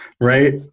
right